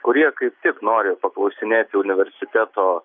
kurie kaip tik nori paklausinėti universiteto